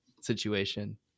situation